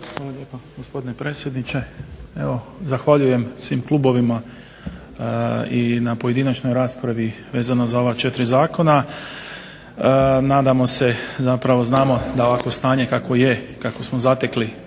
Hvala lijepa, gospodine predsjedniče. Evo zahvaljujem svim klubovima i na pojedinačnoj raspravi vezano za ova četiri zakona. Nadamo se, zapravo znamo da ovakvo stanje kakvo je i kakvo smo zatekli